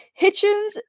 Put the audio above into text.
Hitchens